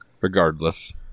regardless